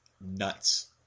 nuts